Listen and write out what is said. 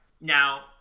now